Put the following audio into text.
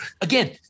again